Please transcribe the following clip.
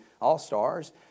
all-stars